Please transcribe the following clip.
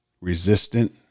Resistant